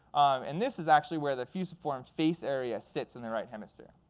and this is actually where the fusiform face area sits in the right hemisphere.